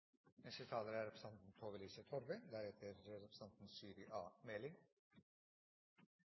Neste taler er representanten Svein Flåtten, deretter representanten